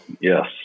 Yes